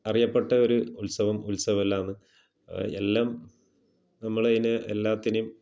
അറിയപ്പെട്ട ഒരു ഉത്സവം ഉത്സവെല്ലാന്ന് എല്ലാം നമ്മൾ അതിനെ എല്ലാത്തിനേം